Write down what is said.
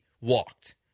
walked